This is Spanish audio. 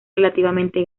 relativamente